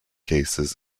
cases